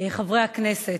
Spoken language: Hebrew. חברי הכנסת,